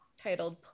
titled